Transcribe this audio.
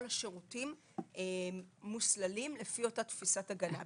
כל השירותים מוסללים לפי אותה תפיסת הגנה.